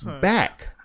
back